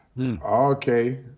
okay